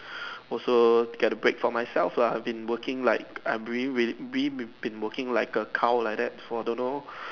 also get a break for myself lah I have been working like I have really really have been working like a cow like that for don't know